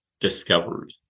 discovered